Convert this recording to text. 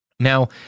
Now